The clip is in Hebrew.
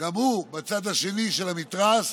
גם הוא, בצד השני של המתרס,